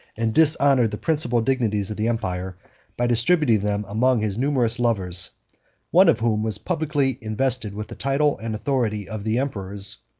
and dishonored the principal dignities of the empire by distributing them among his numerous lovers one of whom was publicly invested with the title and authority of the emperor's,